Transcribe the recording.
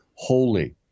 Holy